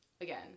Again